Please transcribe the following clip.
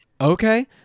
Okay